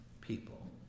people